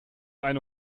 eine